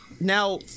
Now